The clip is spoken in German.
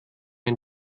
ein